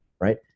right